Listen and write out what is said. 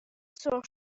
سرخ